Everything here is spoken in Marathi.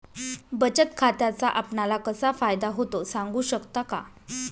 बचत खात्याचा आपणाला कसा फायदा होतो? सांगू शकता का?